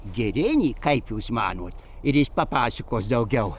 girinį kaip jūs manot ir jis papasakos daugiau